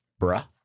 bruh